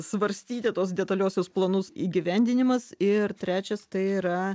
svarstyti tuos detaliuosius planus įgyvendinimas ir trečias tai yra